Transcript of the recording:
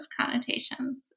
connotations